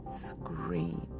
screen